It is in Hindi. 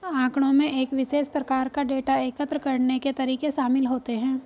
आँकड़ों में एक विशेष प्रकार का डेटा एकत्र करने के तरीके शामिल होते हैं